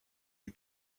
you